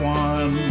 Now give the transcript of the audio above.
one